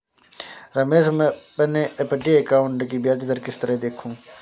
रमेश मैं अपने FD account की ब्याज दर किस तरह देखूं?